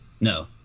No